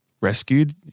rescued